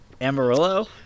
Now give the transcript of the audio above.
amarillo